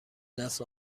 دست